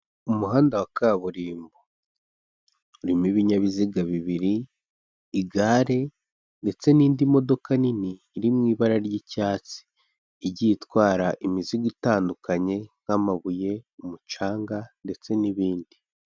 Umuhanda wa kaburimbo urimo ibinyabiziga bibiri, igare ndetse n'indi modoka nini iri mu ibara ry'icyatsi igiye itwara imizigo itandukanye nk'amabuye, umucanga ndetse n'ibindi.